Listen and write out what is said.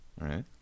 right